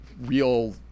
real